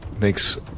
makes